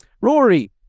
rory